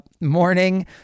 morning